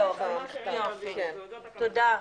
יופי, תודה.